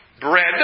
Bread